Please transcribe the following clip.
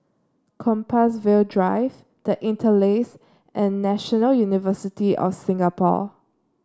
Compassvale Drive The Interlace and National University of Singapore